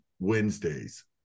Wednesdays